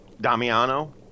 Damiano